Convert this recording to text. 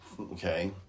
okay